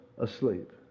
asleep